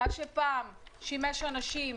מה שפעם שימש לאנשים